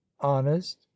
honest